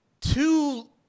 two